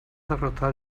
derrotar